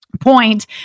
point